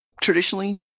traditionally